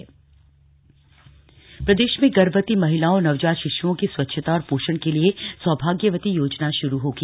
सौभाग्यवती योजना प्रदेश में गर्भवती महिलाओं और नवजात शिश्ओं की स्वच्छता और पोषण के लिए सौभाग्यवती योजना श्रू होगी